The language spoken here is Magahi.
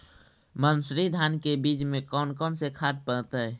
मंसूरी धान के बीज में कौन कौन से खाद पड़तै?